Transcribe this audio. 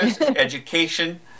education